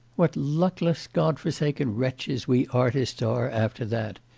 what luckless, god-forsaken wretches we artists are after that!